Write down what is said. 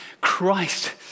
Christ